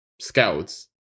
scouts